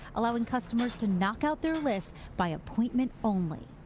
allowing customers to knock out their list by appointment only.